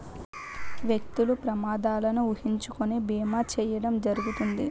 వ్యక్తులు ప్రమాదాలను ఊహించుకొని బీమా చేయడం జరుగుతుంది